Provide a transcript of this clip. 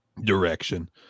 direction